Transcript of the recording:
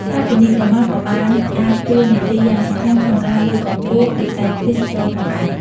ក្រៅពីនេះ ក្រមាក៏បានដើរតួនាទីយ៉ាងសំខាន់ក្នុង ការលើកកម្ពស់វិស័យទេសចរណ៍ផងដែរ។